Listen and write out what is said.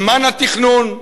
זמן התכנון,